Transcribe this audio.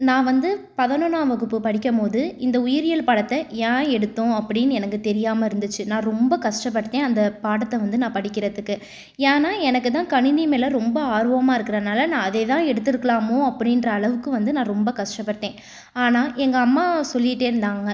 நான் வந்து பதினொன்றாம் வகுப்பு படிக்கு போது இந்த உயிரியல் பாடத்தை ஏன் எடுத்தோம் அப்படினு எனக்கு தெரியாமல் இருந்துச்சு நான் ரொம்ப கஷ்டப்பட்டேன் அந்த பாடத்தை வந்து நான் படிக்கிறதுக்கு ஏன்னால் எனக்கு தான் கணினி மேலே ரொம்ப ஆர்வமாக இருக்கிறனால நான் அதே தான் எடுத்துருக்கலாமோ அப்படின்ற அளவுக்கு வந்து நான் ரொம்ப கஷ்டப்பட்டேன் ஆனால் எங்கள் அம்மா சொல்லிகிட்டே இருந்தாங்க